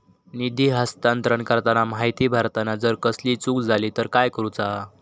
निधी हस्तांतरण करताना माहिती भरताना जर कसलीय चूक जाली तर काय करूचा?